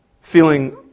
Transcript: feeling